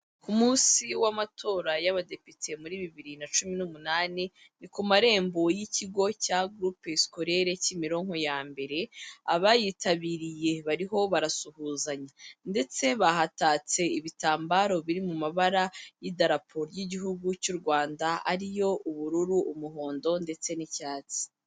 Ku munsi w'amatora y'abadepite muri bibiri na cumi n'umunani, ni ku marembo y'ikigo cya groupe scolaire Kimironko ya mbere, abayitabiriye bariho barasuhuzanya, ndetse bahatatse ibitambaro biri mu mabara y'idarapo ry'igihugu cy'u Rwanda, ariyo ubururu, umuhondo, ndetse n'icyatsi.